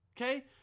okay